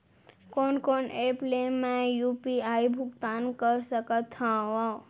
कोन कोन एप ले मैं यू.पी.आई भुगतान कर सकत हओं?